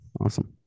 awesome